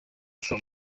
imfura